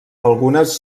algunes